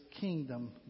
kingdom